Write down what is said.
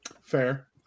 Fair